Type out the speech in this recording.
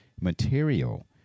material